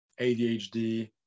ADHD